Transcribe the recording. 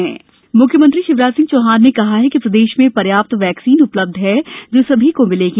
प्रदेश vaccine मुख्यमंत्री शिवराज सिंह चौहान ने कहा कि प्रदेश में पर्याप्त वैक्सीन उपलब्ध है जो सभी को लगेगी